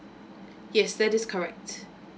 yes that is correct